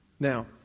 Now